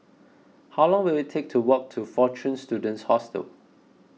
how long will it take to walk to fortune Students Hostel